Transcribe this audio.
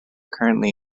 currently